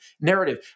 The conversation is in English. narrative